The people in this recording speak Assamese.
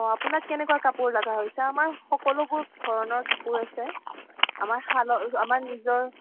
অ' আপোনাক কেনেকুৱা কাপোৰ লগা হৈছে আমাৰ সকলোবোৰ ধৰণৰ কাপোৰ আছে আমাৰ শালৰ আমাৰ নিজৰ